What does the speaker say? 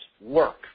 work